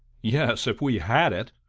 yes if we had it!